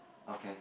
okay